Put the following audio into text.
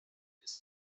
ist